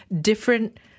different